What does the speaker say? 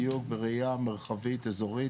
בדיוק בראיה מרחבית אזורית,